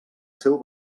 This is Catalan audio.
seu